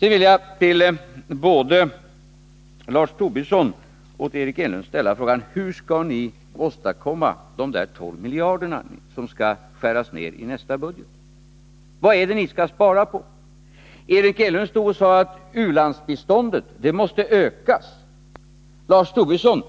Sedan vill jag till både Lars Tobisson och Eric Enlund ställa frågan: Hur skall ni åstadkomma de 12 miljarder som skall skäras ned i nästa budget? Vad är det ni skall spara på? Eric Enlund sade att u-landsbiståndet måste öka. Lars Tobisson